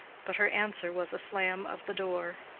but her answer was a slam of the door.